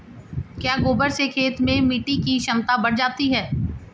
क्या गोबर से खेत में मिटी की क्षमता बढ़ जाती है?